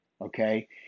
okay